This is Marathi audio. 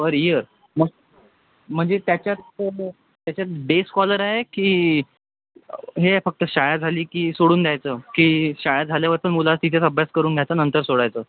पर इअर म म्हणजे त्याच्यात त्याच्यात डे स्कॉलर आहे की हे आहे फक्त शाळा झाली की सोडून द्यायचं की शाळा झाल्यावर पण मुलं तिथेच अभ्यास करून घ्यायचं नंतर सोडायचं